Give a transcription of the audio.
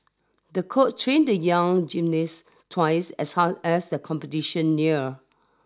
the coach trained the young gymnast twice as hard as the competition near